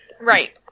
Right